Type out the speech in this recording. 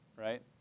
Right